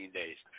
days